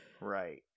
Right